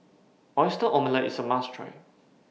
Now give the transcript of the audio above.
Oyster Omelette IS A must Try